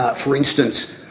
for instance,